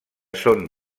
son